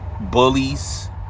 bullies